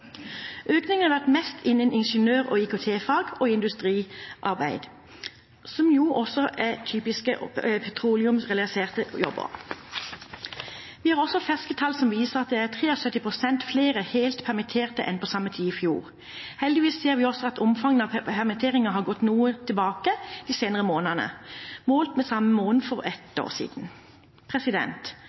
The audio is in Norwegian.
Økningen har vært størst innen ingeniør- og IKT-fag og industriarbeid, som jo også er typiske petroleumsrelaterte jobber. Vi har også ferske tall som viser at det er 73 pst. flere helt permitterte enn på samme tid i fjor. Heldigvis ser vi også at omfanget av permitteringer har gått noe tilbake de seneste månedene, målt mot samme måned for ett år siden.